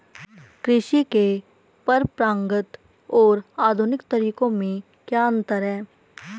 कृषि के परंपरागत और आधुनिक तरीकों में क्या अंतर है?